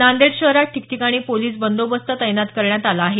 नांदेड शहरात ठिकठिकाणी पोलिस बंदोबस्त तैनात करण्यात आला आहे